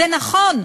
זה נכון,